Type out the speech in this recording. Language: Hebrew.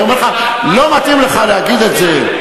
אני אומר לך, לא מתאים לך להגיד את זה.